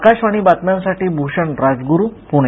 आकाशवाणी बातम्यांसाठी भूषण राजगुरू पुणे